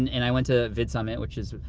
and and i went to vid summit which is,